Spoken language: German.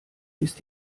ist